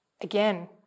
Again